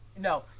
No